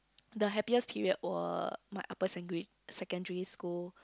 the happiest period was my upper secondary secondary school